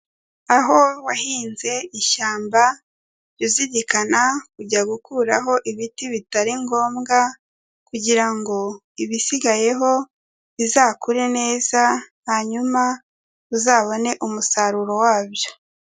Aho wahinze ishyamba jya uzirikana kujya gukuraho ibiti bitari ngombwa kugira ngo ibisigayeho bizakure neza hanyuma uzabone umusaruro wabyo.